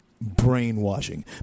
Brainwashing